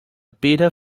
bitter